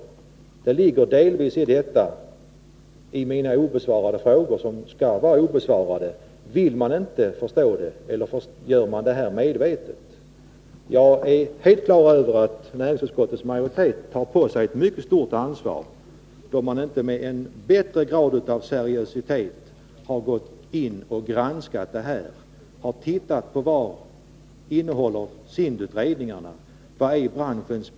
Förklaringen ligger delvis i mina obesvarade frågor, om man inte vill förstå eller om man gör detta medvetet. Jag är helt på det klara med att utskottets majoritet har tagit på sig ett mycket stort ansvar, när man inte mer seriöst har gått in och granskat vad SIND-utredningarna innehåller och vilka speciella problem som branschen har.